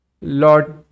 Lord